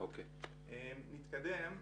נתקדם.